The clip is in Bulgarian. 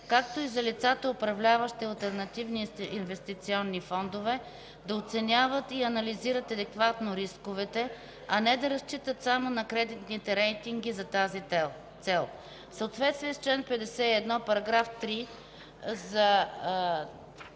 както и за лицата, управляващи алтернативни инвестиционни фондове, да оценяват и анализират адекватно рисковете, а не да разчитат само на кредитните рейтинги за тази цел. В съответствие с чл. 51, параграф 3а